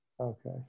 Okay